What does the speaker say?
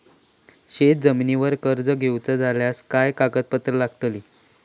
शेत जमिनीवर कर्ज घेऊचा झाल्यास काय कागदपत्र लागतली?